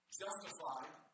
justified